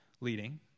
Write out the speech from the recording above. leading